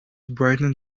brightened